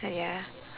but ya